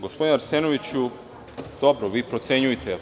Gospodine Arsenoviću, dobro, vi procenjujte.